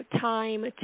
time